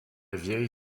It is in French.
vieille